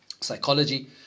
psychology